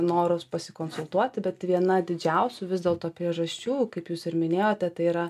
noras pasikonsultuoti bet viena didžiausių vis dėlto priežasčių kaip jūs ir minėjote tai yra